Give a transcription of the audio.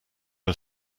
are